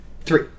Three